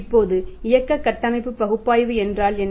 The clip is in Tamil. இப்போது இயக்க கட்டமைப்பு பகுப்பாய்வு என்றால் என்ன